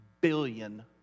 billion